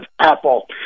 Apple